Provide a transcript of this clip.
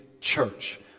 church